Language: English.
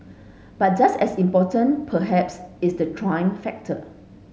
but just as important perhaps is the Trump factor